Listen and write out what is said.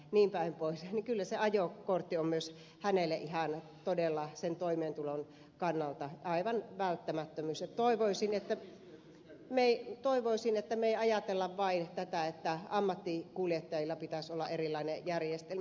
niin kyllä se ajokortti on myös hänelle ihan todella sen toimeentulon kannalta aivan välttämätön ja toivoisin että me emme ajattele vain tätä että ammattikuljettajilla pitäisi olla erilainen järjestelmä